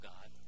God